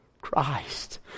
Christ